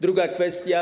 Druga kwestia.